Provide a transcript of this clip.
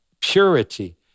purity